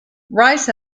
rice